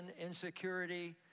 insecurity